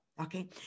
Okay